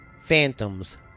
phantoms